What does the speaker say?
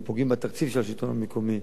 ופוגעים בתקציב של השלטון המקומי,